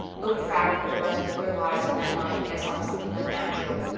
looked back for the rest of their lives on that night as on something unnatural.